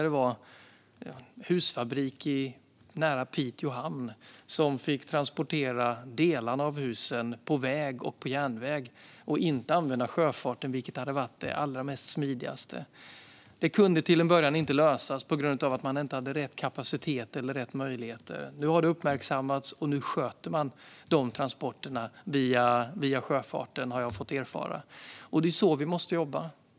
En husfabrik nära Piteå hamn fick tidigare transportera husdelarna på väg och järnväg i stället för att använda sjöfarten, vilket hade varit det allra smidigaste. Detta kunde till en början inte lösas på grund av att man inte hade rätt kapacitet eller möjligheter. Nu har det uppmärksammats, och nu erfar jag att man sköter dessa transporter via sjöfarten. Det är så vi måste jobba.